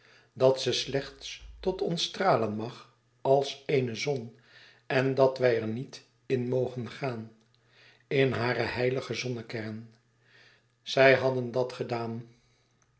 dat ze slechts tot ons stralen mag als eene zon en dat wij er niet n mogen gaan in hare heilige zonnekern zij hadden dat gedaan